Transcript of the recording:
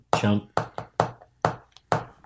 Jump